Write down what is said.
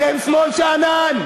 אתם שמאל שאנן.